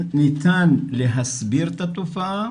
ניתן להסביר את התופעה